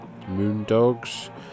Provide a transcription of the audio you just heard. Moondogs